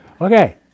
Okay